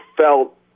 felt